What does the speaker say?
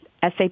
SAP